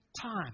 time